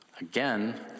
Again